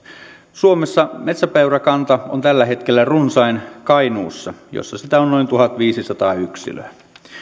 suomessa metsäpeurakanta on tällä hetkellä runsain kainuussa jossa sitä on noin tuhatviisisataa yksilöä